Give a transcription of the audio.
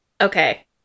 Okay